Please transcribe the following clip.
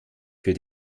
für